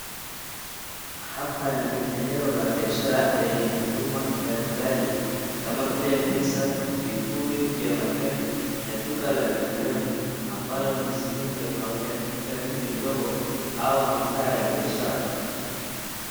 Hapa ni eneo la biashara lenye huduma mbalimbali kama vile M-PESA, vipuli vya magari na duka la vinywaji ambalo ni sehemu ya kawaida katika mji mdogo au mitaa ya biashara.